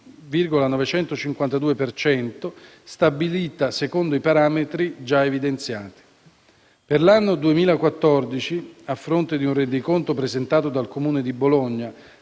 Per l'anno 2014, a fronte di un rendiconto presentato dal Comune di Bologna,